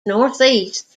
northeast